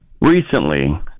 recently